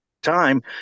time